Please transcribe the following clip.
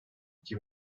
iki